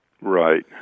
Right